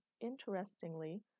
interestingly